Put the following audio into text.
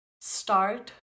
start